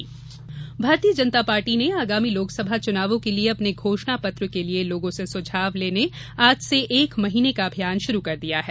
भाजपा अभियान भारतीय जनता पार्टी आगामी लोकसभा चुनावों के लिए अपने घोषणा पत्र के लिए लोगों से सुझाव लेने आज से एक महीने का अभियान शुरू कर दिया है